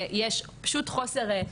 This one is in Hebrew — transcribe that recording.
ויש פשוט חוסר,